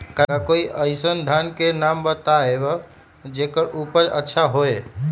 का कोई अइसन धान के नाम बताएब जेकर उपज अच्छा से होय?